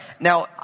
now